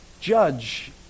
judge